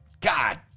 God